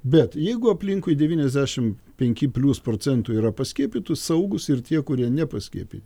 bet jeigu aplinkui devyniasdešim penki plius procentų yra paskiepytų saugūs ir tie kurie nepaskiepyti